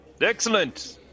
excellent